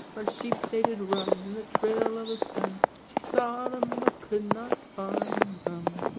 her sheep they did run in the trail of the sun she saw them, but could not find them.